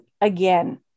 again